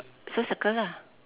so circle lah